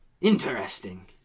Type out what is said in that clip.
Interesting